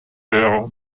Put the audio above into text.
air